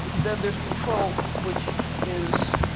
then there's control, which is,